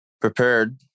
prepared